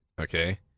Okay